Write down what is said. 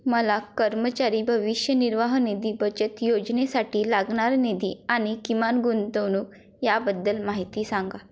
मला कर्मचारी भविष्य निर्वाह निधी बचत योजनेसाठी लागणारा निधी आणि किमान गुंतवणूक याबद्दल माहिती सांगा